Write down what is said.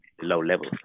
low-level